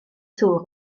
tŵr